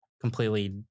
completely